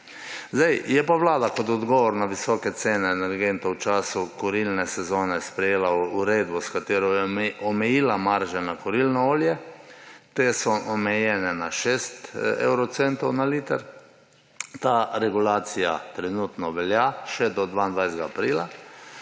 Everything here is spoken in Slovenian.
marž. Je pa Vlada kot odgovor na visoke cene energentov v času kurilne sezone sprejela uredbo, s katero je omejila marže na kurilno olje. Te so omejene na 6 evrocentov na liter. Ta regulacija trenutno velja še do 22. aprila.